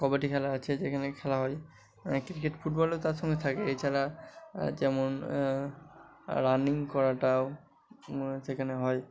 কবাডি খেলা আছে যেখানে খেলা হয় ক্রিকেট ফুটবলও তার সঙ্গে থাকে এছাড়া যেমন রানিং করাটাও সেখানে হয়